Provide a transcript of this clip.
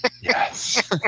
yes